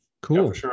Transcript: Cool